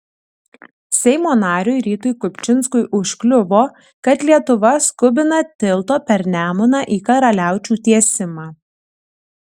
seimo nariui rytui kupčinskui užkliuvo kad lietuva skubina tilto per nemuną į karaliaučių tiesimą